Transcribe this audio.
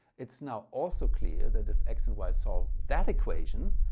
it's now also clear that if x and y solve that equation,